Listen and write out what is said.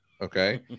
okay